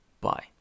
Bye